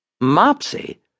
Mopsy